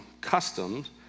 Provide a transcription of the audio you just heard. customs